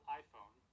iPhone